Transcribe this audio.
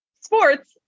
sports